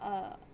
uh